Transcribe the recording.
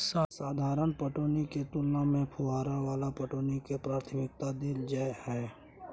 साधारण पटौनी के तुलना में फुहारा वाला पटौनी के प्राथमिकता दैल जाय हय